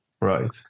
right